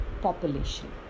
population